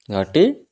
ଘାଟି